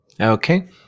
Okay